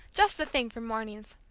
just the thing for mornings.